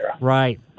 Right